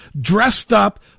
dressed-up